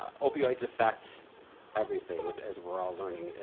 opoids affect everything as as we're all learning.